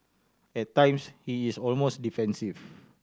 at times he is almost defensive